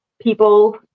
people